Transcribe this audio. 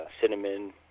cinnamon